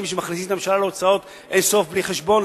שמכניסים את הממשלה להוצאות אין סוף בלי חשבון.